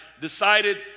decided